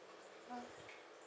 mm